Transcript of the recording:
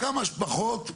צריך לגעת בדברים כמה שפחות,